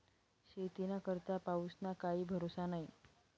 शेतीना करता पाऊसना काई भरोसा न्हई